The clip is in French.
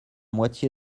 moitié